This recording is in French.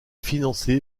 financé